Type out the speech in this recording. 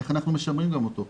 איך אנחנו גם משמרים אותו.